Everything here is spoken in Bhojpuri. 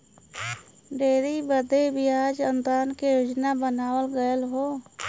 डेयरी बदे बियाज अनुदान के योजना बनावल गएल हौ